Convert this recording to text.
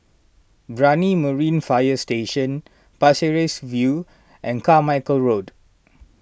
Brani Marine Fire Station Pasir Ris View and Carmichael Road